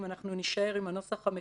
אני אגיד את זה בזהירות להגדרות בשבדיה.